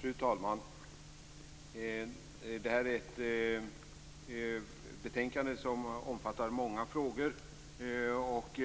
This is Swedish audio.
Fru talman! Det här är ett betänkade som omfattar många frågor och